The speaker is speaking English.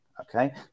Okay